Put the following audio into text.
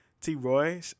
T-Roy